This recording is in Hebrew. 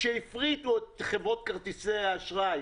כאשר הפריטו את חברות כרטיסי האשראי,